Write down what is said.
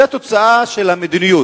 זו תוצאה של המדיניות.